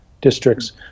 districts